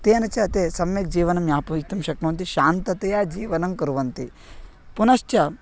तेन च ते सम्यक् जीवनं यापयितुं शक्नुवन्ति शान्त्या जीवनं कुर्वन्ति पुनश्च